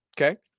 okay